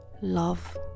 love